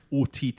OTT